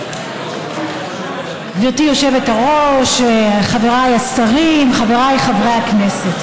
גברתי היושבת-ראש, חבריי השרים, חבריי חברי הכנסת,